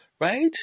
Right